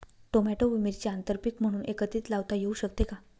Tomato व मिरची आंतरपीक म्हणून एकत्रित लावता येऊ शकते का?